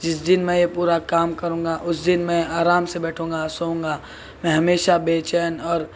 جس دن میں یہ پورا کام کروں گا اس دن میں آرام سے بيٹھوں گا آ سوؤں گا ميں ہميشہ بے چين اور